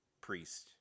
priest